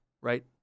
right